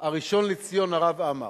הראשון לציון הרב עמאר.